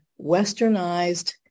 westernized